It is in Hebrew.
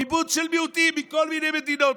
קיבוץ של מיעוטים מכל מיני מדינות,